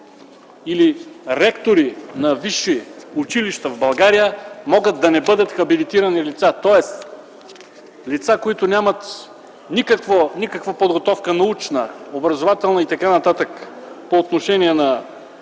или ректори на висши училища в България могат да не бъдат хабилитирани лица. Тоест лица, които нямат никаква подготовка – научна, образователна и т.н. по отношение на